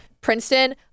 Princeton